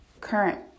current